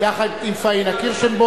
יחד עם פניה קירשנבאום.